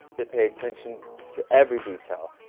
they pay attention to every detail,